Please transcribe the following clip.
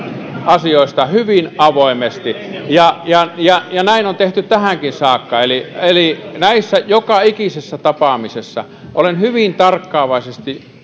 asioista hyvin avoimesti ja ja näin on tehty tähänkin saakka eli eli joka ikisessä tapaamisessa olen hyvin tarkkaavaisesti